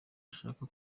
ashaka